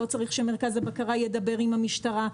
לא צריך שמרכז הבקרה ידבר עם המשטרה,